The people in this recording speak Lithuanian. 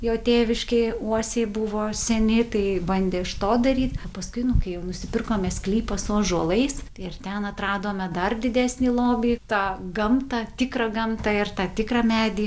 jo tėviškėj uosiai buvo seni tai bandė iš to daryt o paskui nu kai jau nusipirkome sklypą su ąžuolais ir ten atradome dar didesnį lobį tą gamtą tikrą gamtą ir tą tikrą medį